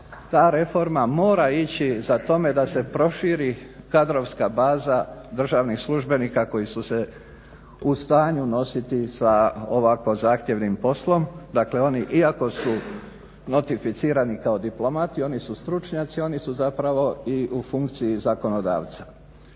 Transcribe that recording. ta reforma mora ići za tome da se proširi kadrovska baza državnih službenika koji su se u stanju nositi sa ovako zahtjevnim poslom. Dakle, oni iako su notificirani kao diplomati oni su stručnjaci, oni su zapravo i u funkciji zakonodavca.